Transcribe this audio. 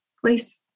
please